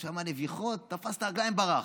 הוא שמע נביחות, תפס את הרגליים וברח.